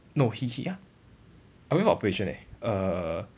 no he he uh I went for operation eh err